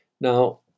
now